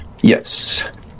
Yes